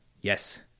yes